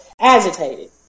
agitated